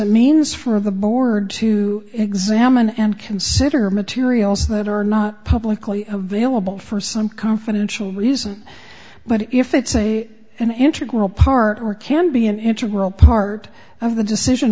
a means for the board to examine and consider materials that are not publicly available for some confidential reason but if it's a and intergroup part or can be an integral part of the decision